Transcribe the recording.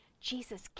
Jesus